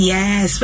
Yes